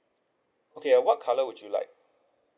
okay uh what colour would you like